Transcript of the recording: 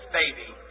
baby